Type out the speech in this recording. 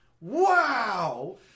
wow